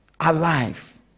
alive